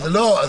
אני